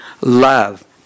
love